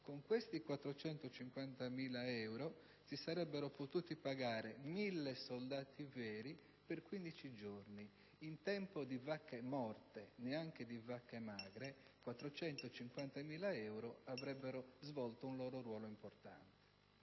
con i quali si sarebbero potuti pagare 1.000 soldati veri per 15 giorni. In tempo di vacche morte (neanche vacche magre) 455.000 euro avrebbero svolto un loro ruolo importante!